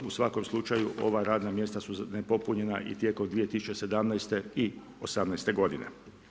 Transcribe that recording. U svakom slučaju ova radna mjesta su nepopunjena i tijekom 2017. i '18. godine.